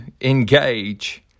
engage